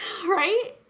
right